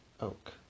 oak